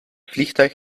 vliegtuig